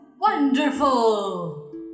wonderful